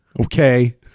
Okay